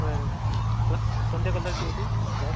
बरं कोण कोणत्या कलरची होती बॅग